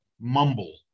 mumble